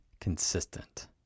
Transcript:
consistent